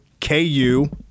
KU